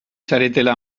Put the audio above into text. zaretela